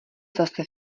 zase